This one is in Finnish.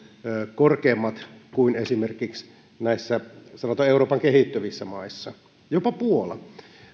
korkeammat kuin esimerkiksi näissä sanotaan euroopan kehittyvissä maissa jopa puola